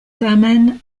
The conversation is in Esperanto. tamen